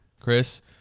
chris